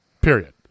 period